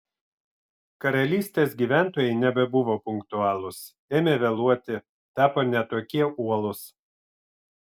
karalystės gyventojai nebebuvo punktualūs ėmė vėluoti tapo ne tokie uolūs